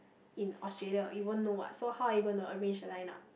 in Australia you won't know what so how are you going to arrange the line up